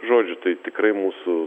žodžiu tai tikrai mūsų